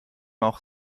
auch